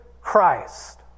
Christ